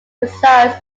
resides